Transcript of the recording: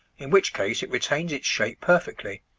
in which case it retains its shape perfectly,